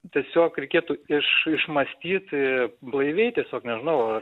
tiesiog reikėtų iš mąstyti blaiviai tiesiog nežinau